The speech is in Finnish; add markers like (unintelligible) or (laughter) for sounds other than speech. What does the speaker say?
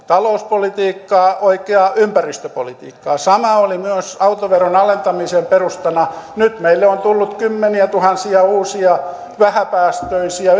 talouspolitiikkaa oikeaa ympäristöpolitiikkaa sama oli autoveron alentamisen perustana nyt meille on tullut kymmeniätuhansia uusia vähäpäästöisiä (unintelligible)